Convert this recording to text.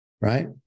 right